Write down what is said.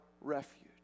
refuge